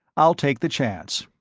i'll take the chance.